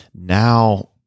now